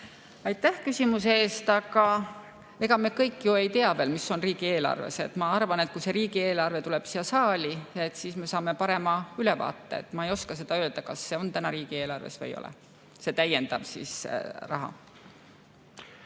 Aitäh küsimuse eest! Ega me kõike ju ei tea veel, mis on riigieelarves. Ma arvan, et kui see riigieelarve tuleb siia saali, siis me saame parema ülevaate. Ma ei oska öelda, kas see on täna riigieelarves või ei ole, see täiendav raha.